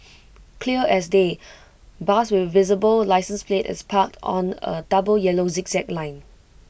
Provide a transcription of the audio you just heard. clear as day bus with visible licence plate is parked on A double yellow zigzag line